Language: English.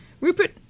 Rupert